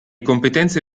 competenze